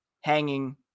hanging